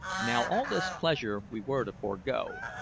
now all this pleasure we were to forego,